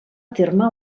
terme